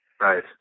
Right